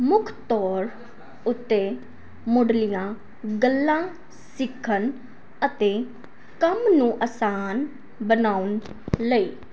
ਮੁੱਖ ਤੌਰ ਉੱਤੇ ਮੁਢਲੀਆਂ ਗੱਲਾਂ ਸਿੱਖਣ ਅਤੇ ਕੰਮ ਨੂੰ ਆਸਾਨ ਬਣਾਉਣ ਲਈ